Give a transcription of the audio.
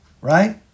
right